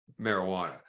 marijuana